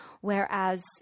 whereas